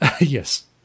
Yes